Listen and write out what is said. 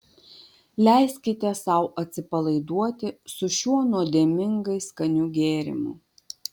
leiskite sau atsipalaiduoti su šiuo nuodėmingai skaniu gėrimu